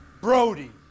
Brody